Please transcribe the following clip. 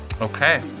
Okay